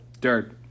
Dirt